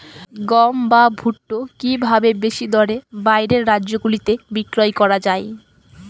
গম বা ভুট্ট কি ভাবে বেশি দরে বাইরের রাজ্যগুলিতে বিক্রয় করা য়ায়?